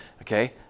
Okay